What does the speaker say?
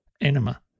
Enema